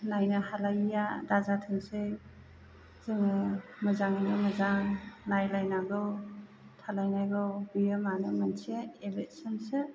नायनो हालायैया दाजाथोंसै जोङो मोजाङैनो मोजां नायलायनांगौ थालायनांगौ बेयो मानो मोनसे इलेकसनसो